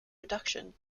reduction